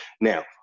Now